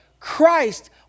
Christ